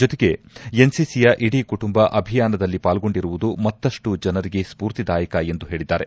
ಜೊತೆಗೆ ಎನ್ಸಿಸಿಯ ಇಡೀ ಕುಟುಂಬ ಅಭಿಯಾನದಲ್ಲಿ ಪಾಲ್ಗೊಂಡಿರುವುದು ಮತ್ತಷ್ಟು ಜನರಿಗೆ ಸ್ಫೂರ್ತಿದಾಯಕ ಎಂದು ಹೇಳಿದ್ದಾರೆ